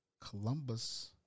Columbus